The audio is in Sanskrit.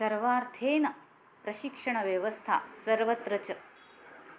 सर्वार्थेन प्रशिक्षणव्यवस्था सर्वत्र च